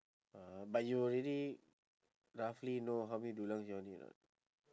uh but you already roughly know how many dulang you all need or not